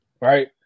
Right